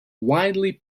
widely